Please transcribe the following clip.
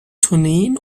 tourneen